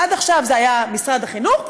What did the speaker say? עד עכשיו זה היה משרד החינוך,